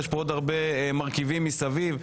יש פה עוד הרבה מרכיבים מסביב,